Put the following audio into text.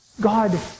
God